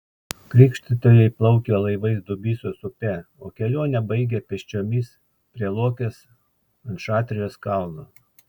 krikštytojai plaukė laivais dubysos upe o kelionę baigė pėsčiomis prie luokės ant šatrijos kalno